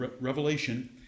Revelation